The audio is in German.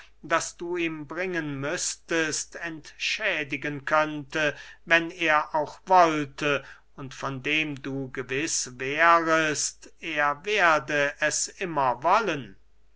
das du ihm bringen müßtest entschädigen könnte wenn er auch wollte und von dem du gewiß wärest er werde es immer wollen